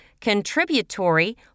contributory